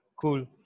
Cool